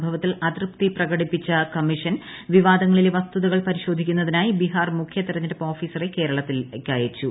സംഭവത്തിൽ അതൃപ്തി പ്രകടിപ്പിച്ച കമ്മീഷൻ വിവാദങ്ങളിലെ വസ്തുതകൾ പരിശോധിക്കുന്നതിനായി ബിഹാർ മുഖൃ തിരഞ്ഞെടുപ്പ് ഓഫീസറെ കേരളത്തിലേക്ക് അയച്ചു